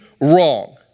wrong